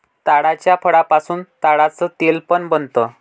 ताडाच्या फळापासून ताडाच तेल पण बनत